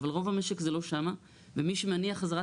אבל רוב המשק זה לא שם ומי שמניע חזרה